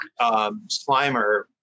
slimer